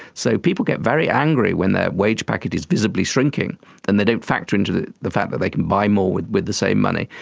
so people get very angry when their wage packet is visibly shrinking and they don't factor into the the fact that they can buy more with with the same money.